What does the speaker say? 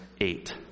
eight